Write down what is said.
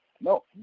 no